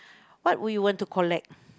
what will you want to collect